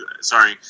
Sorry